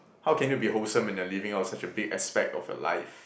how can you be wholesome when you are leaving out such a big aspect of your life